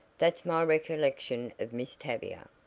that's my recollection of miss tavia.